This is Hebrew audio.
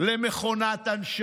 אדוני